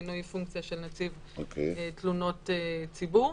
מינוי פונקציה של נציב תלונות הציבור.